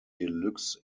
deluxe